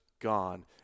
gone